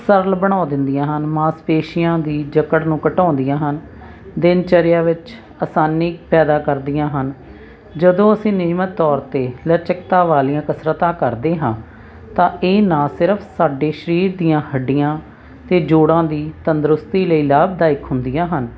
ਸਰਲ ਬਣਾ ਦਿੰਦੀਆਂ ਹਨ ਮਾਸਪੇਸ਼ੀਆਂ ਦੀ ਜਕੜ ਨੂੰ ਘਟਾਉਂਦੀਆਂ ਹਨ ਦਿਨਚਰਿਆ ਵਿੱਚ ਆਸਾਨੀ ਪੈਦਾ ਕਰਦੀਆਂ ਹਨ ਜਦੋਂ ਅਸੀਂ ਨਿਯਮਤ ਤੌਰ 'ਤੇ ਲਚਕਤਾ ਵਾਲੀਆਂ ਕਸਰਤਾਂ ਕਰਦੇ ਹਾਂ ਤਾਂ ਇਹ ਨਾ ਸਿਰਫ ਸਾਡੇ ਸਰੀਰ ਦੀਆਂ ਹੱਡੀਆਂ ਅਤੇ ਜੋੜਾਂ ਦੀ ਤੰਦਰੁਸਤੀ ਲਈ ਲਾਭਦਾਇਕ ਹੁੰਦੀਆਂ ਹਨ